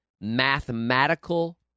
mathematical